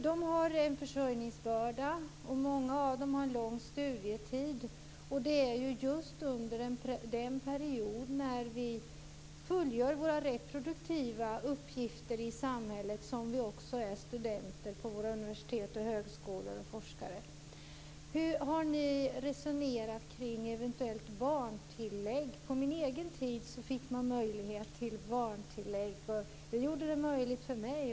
De har en försörjningsbörda, många av dem har en lång studietid och det är just under den period när vi fullgör våra reproduktiva uppgifter i samhället som vi också är studenter och forskare på våra universitet och högskolor. Har ni resonerat kring ett eventuellt barntillägg? På min tid fick man möjlighet till barntillägg, och det gjorde studier möjliga för mig.